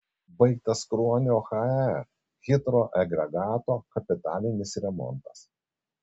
baigtas kruonio hae hidroagregato kapitalinis remontas